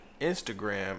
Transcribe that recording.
Instagram